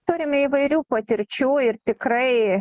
turime įvairių patirčių ir tikrai